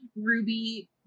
Ruby